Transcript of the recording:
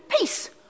peace